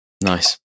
Nice